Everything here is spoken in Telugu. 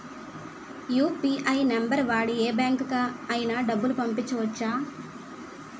యు.పి.ఐ నంబర్ వాడి యే బ్యాంకుకి అయినా డబ్బులు పంపవచ్చ్చా?